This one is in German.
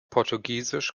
portugiesisch